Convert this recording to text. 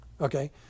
Okay